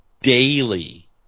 daily